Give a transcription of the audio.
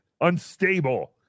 unstable